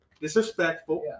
disrespectful